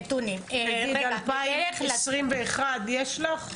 נגיד על 2021 יש לך?